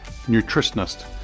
nutritionist